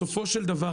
בסופו של דבר,